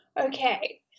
Okay